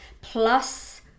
Plus